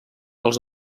els